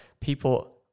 people